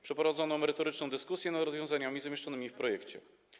Przeprowadzono merytoryczną dyskusję nad rozwiązaniami zamieszczonymi w projekcie.